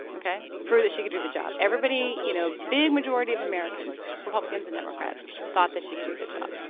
ok? we proved that she could do the job. everybody you know, a big majority of americans republicans and democrats thought that she could do the job.